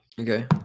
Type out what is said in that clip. Okay